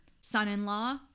son-in-law